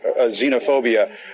xenophobia